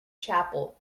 chapel